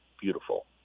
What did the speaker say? beautiful